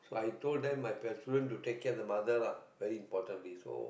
so I told them my preference to take care the mother lah very importantly so